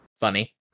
funny